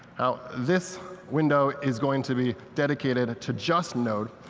now this window is going to be dedicated to just node,